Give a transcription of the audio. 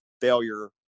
failure